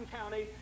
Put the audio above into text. County